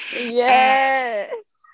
Yes